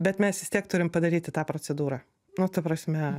bet mes vis tiek turim padaryti tą procedūrą nu ta prasme